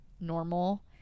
normal